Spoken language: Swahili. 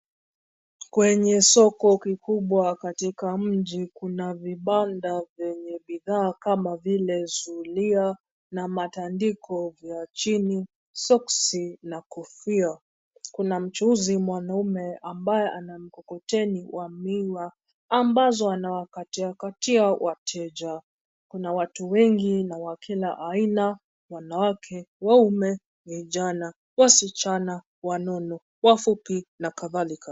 Kwenye soko kikubwa katika katika mji, kuna vibanda vyenye bidhaa kama vile zulia na matandiko vya chini, soksi na kofia. Kuna mchuuzi mwanaume ambaye ana mkokoteni wa miwa ambazo anawakatia katia wateja. Kuna watu wengi na wa kila aina wanawake, waume, vijana, wasichana, wanono, wafupi na kadhalika.